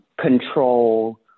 control